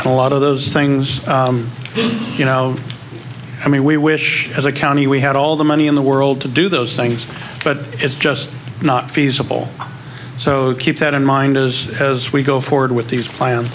unrealistic a lot of those things you know i mean we wish as a county we had all the money in the world to do those things but it's just not feasible so keep that in mind as we go forward with these plans